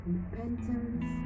Repentance